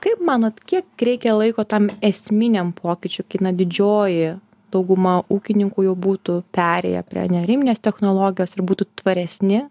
kaip manot kiek reikia laiko tam esminiam pokyčiui kai na didžioji dauguma ūkininkų jau būtų perėję prie neariminės technologijos ir būtų tvaresni